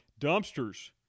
dumpsters